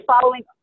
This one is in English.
following